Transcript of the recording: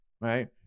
right